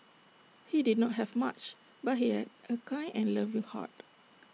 he did not have much but he had A kind and loving heart